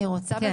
חני,